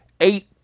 eight